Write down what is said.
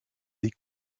des